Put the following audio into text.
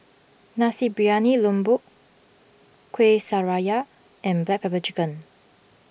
Nasi Briyani Lembu Kueh Syara and Black Pepper Chicken